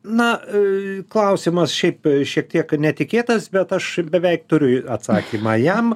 na klausimas šiaip šiek tiek netikėtas bet aš beveik turiu atsakymą jam